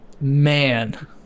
man